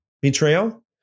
betrayal